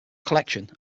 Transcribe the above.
collection